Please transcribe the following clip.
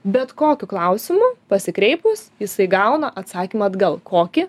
bet kokiu klausimu pasikreipus jisai gauna atsakymą atgal kokį